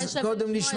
אולי כדאי לשמוע אותו.